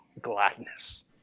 gladness